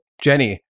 Jenny